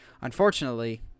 Unfortunately